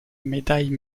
médaille